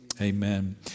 Amen